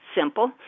simple